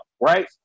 right